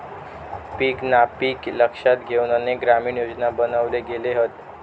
पीक नापिकी लक्षात घेउन अनेक ग्रामीण योजना बनवले गेले हत